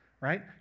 right